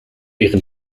ihren